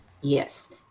Yes